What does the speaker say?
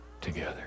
together